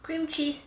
cream cheese